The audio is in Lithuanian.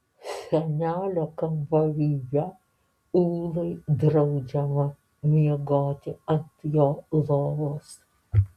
senelio kambaryje ūlai draudžiama miegoti ant jo lovos